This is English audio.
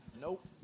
Nope